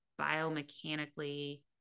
biomechanically